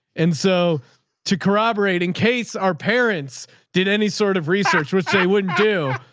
and so to corroborate in case our parents did any sort of research, which they wouldn't do.